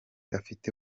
afite